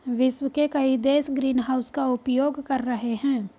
विश्व के कई देश ग्रीनहाउस का उपयोग कर रहे हैं